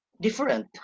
different